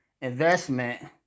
investment